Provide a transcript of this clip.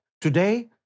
Today